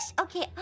Okay